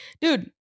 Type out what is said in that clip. dude